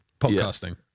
Podcasting